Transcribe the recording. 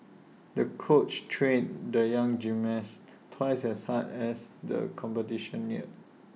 the coach trained the young gymnast twice as hard as the competition neared